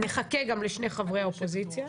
נחכה גם לשני חברי האופוזיציה,